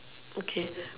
okay